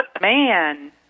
Man